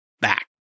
back